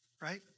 right